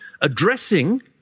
Addressing